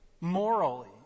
morally